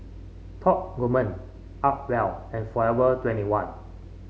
Top Gourmet Acwell and Forever twenty one